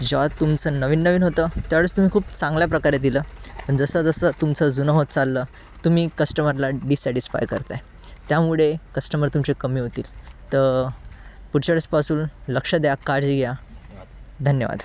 जेव्हा तुमचं नवीन नवीन होतं त्यावेळेस तुम्ही खूप चांगल्या प्रकारे दिलं आणि जसं जसं तुमचं जुनं होत चाललं तुम्ही कस्टमरला डिससॅटिस्फाय करत आहे त्यामुळे कस्टमर तुमचे कमी होतील तर पुढच्या वेळेस पासून लक्ष द्या काळजी घ्या धन्यवाद